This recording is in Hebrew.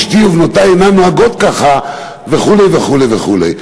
אשתי ובנותי אינן נוהגות ככה וכו' וכו' וכו'.